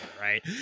right